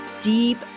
deep